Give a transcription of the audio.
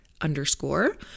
underscore